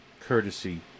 courtesy